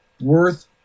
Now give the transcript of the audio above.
worth